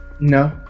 No